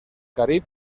carib